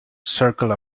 circle